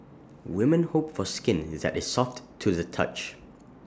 women hope for skin that is soft to the touch